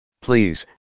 Please